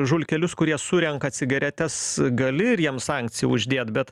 žulkelius kurie surenka cigaretes gali ir jiems sankciją uždėt bet